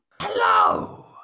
Hello